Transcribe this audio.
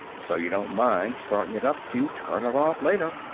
so you don't mind starting it up to turn it off later.